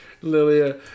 Lilia